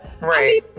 right